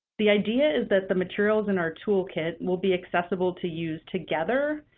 the idea is that the materials in our toolkit will be accessible to use together,